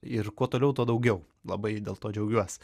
ir kuo toliau tuo daugiau labai dėl to džiaugiuos